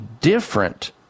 different